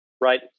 Right